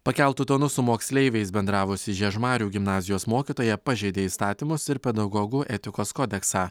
pakeltu tonu su moksleiviais bendravusi žiežmarių gimnazijos mokytoja pažeidė įstatymus ir pedagogų etikos kodeksą